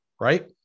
right